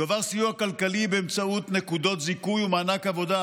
יועבר סיוע כלכלי באמצעות נקודות זיכוי ומענק עבודה,